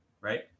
Right